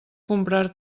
comprar